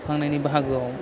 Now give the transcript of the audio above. खेबखांनायनि बाहागोयाव